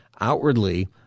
Outwardly